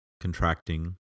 contracting